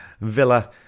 Villa